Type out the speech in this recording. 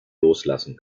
loslassen